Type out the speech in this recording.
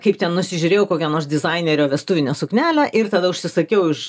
kaip ten nusižiūrėjau kokio nors dizainerio vestuvinę suknelę ir tada užsisakiau iš